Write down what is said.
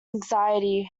anxiety